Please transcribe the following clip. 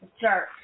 jerk